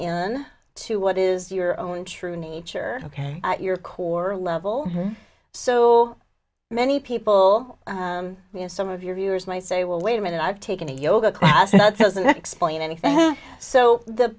in to what is your own true nature ok your core level so many people you know some of your viewers might say well wait a minute i've taken a yoga class not doesn't explain anything so the